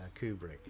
Kubrick